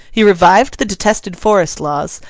he revived the detested forest laws,